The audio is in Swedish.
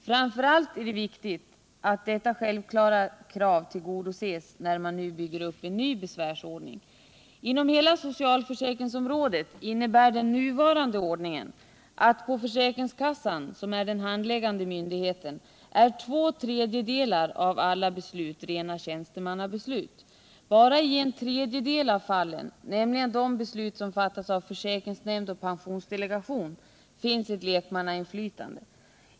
Framför allt är det viktigt att detta självklara krav kan tillgodoses när man bygger upp en ny besvärsordning. Inom hela socialförsäkringsområdet innebär den nuvarande ordningen att på försäkringskassan, som är den handläggande myndigheten, är två tredjedelar av alla beslut rena tjänstemannabeslut. Bara i en tredjedel av fallen, nämligen de beslut som fattas av försäkringsnämnd och pensionsdelegation, finns ett lekmannainflytande.